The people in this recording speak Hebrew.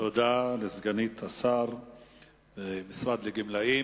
תודה לסגנית השר במשרד הגמלאים.